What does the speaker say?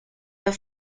der